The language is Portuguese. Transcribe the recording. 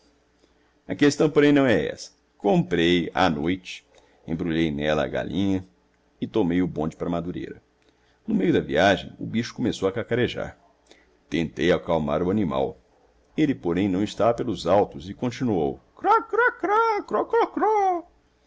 a questão porém não é essa comprei a noite embrulhei nela a galinha e tomei o bonde para madureira no meio da viagem o bicho começou a cacarejar tentei acalmar o animal ele porém não estava pelos autos e continuou